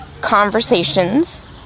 conversations